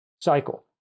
cycle